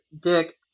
dick